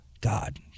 God